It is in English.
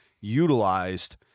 utilized